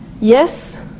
yes